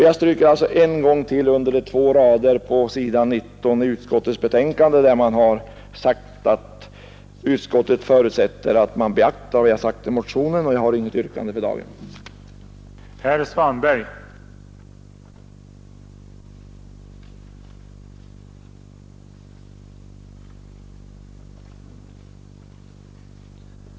Jag stryker alltså än en gång under de två rader på s. 19 i utskottets betänkande där det heter: ”Utskottet förutsätter att naturvårdssynpunkterna och de av motionären i övrigt åberopade omständigheterna blir beaktade i detta sammanhang. Herr talman! Jag har för dagen inget yrkande.